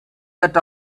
that